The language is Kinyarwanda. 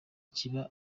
kiba